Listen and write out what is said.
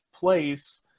place